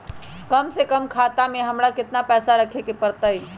कम से कम खाता में हमरा कितना पैसा रखे के परतई?